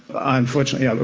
unfortunately, but